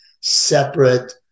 separate